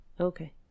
Okay